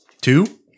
Two